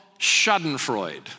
schadenfreude